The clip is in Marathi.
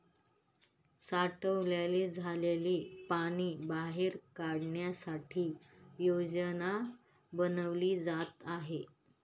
साठलेलं झालेल पाणी बाहेर काढण्यासाठी योजना बनवली जात आहे